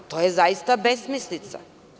To je zaista besmislica.